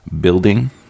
building